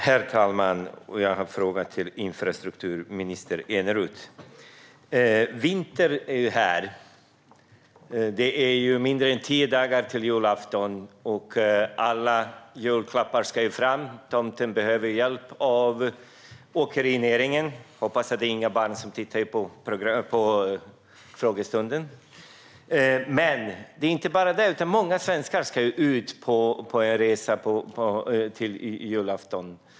Herr talman! Vintern är här, och det är mindre än tio dagar till julafton. Alla julklappar ska fram, och tomten behöver hjälp av åkerinäringen - jag hoppas att det inte är några barn som tittar på denna frågestund. Många svenskar ska dessutom ut och resa under jul.